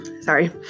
Sorry